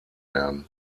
werden